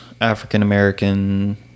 African-American